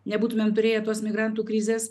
nebūtumėm turėję tos migrantų krizės